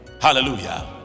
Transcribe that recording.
Hallelujah